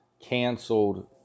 canceled